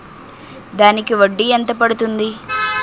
దానికి వడ్డీ ఎంత పడుతుంది?